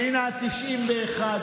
הינה, ה-91.